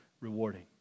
rewarding